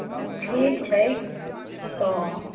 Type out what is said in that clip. ठीक छै तऽ